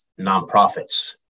nonprofits